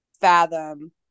fathom